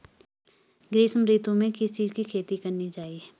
ग्रीष्म ऋतु में किस चीज़ की खेती करनी चाहिये?